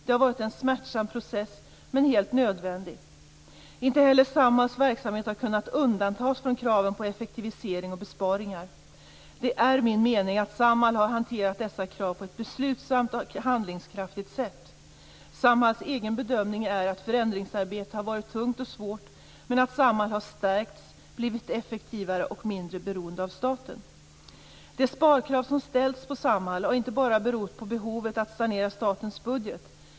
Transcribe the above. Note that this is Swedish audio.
Det har varit en smärtsam process - men helt nödvändig. Inte heller Samhalls verksamhet har kunnat undantas från kraven på effektiviseringar och besparingar. Det är min mening att Samhall har hanterat dessa krav på ett beslutsamt och handlingskraftigt sätt. Samhalls egen bedömning är att förändringsarbetet har varit tungt och svårt men att Samhall har stärkts, blivit effektivare och mindre beroende av staten. De sparkrav som ställts på Samhall har inte bara berott på behovet av att sanera statens budget.